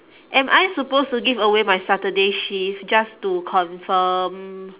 am I supposed to give away my saturday shift just to confirm